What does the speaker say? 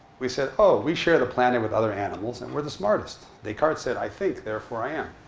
we said, oh, we share the planet with other animals. and we're the smartest. descartes said i think, therefore i am.